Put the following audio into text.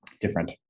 different